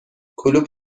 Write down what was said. کلوپ